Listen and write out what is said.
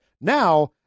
Now